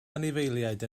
anifeiliaid